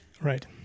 Right